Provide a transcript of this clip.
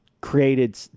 created